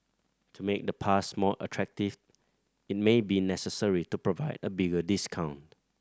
to make the pass more attractive it may be necessary to provide a bigger discount